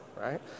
right